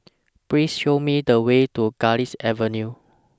Please Show Me The Way to Garlick Avenue